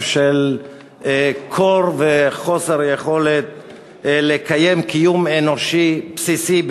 של קור וחוסר יכולת לקיים קיום אנושי בסיסי,